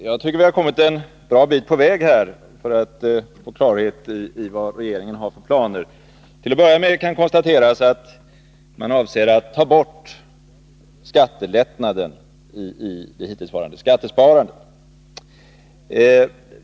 Herr talman! Jag tycker att vi har kommit en bra bit på väg för att få klarhet i vilka planer regeringen har. Till att börja med kan konstateras att man avser att ta bort skattelättnaden i det hittillsvarande skattesparandet.